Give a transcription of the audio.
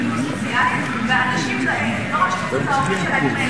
אנשים שלא רק להורים שלהם,